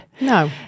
No